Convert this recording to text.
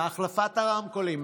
החלפת הרמקולים,